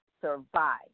survive